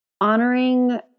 honoring